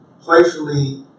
playfully